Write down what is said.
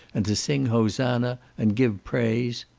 and to sing hosanna, and give praise,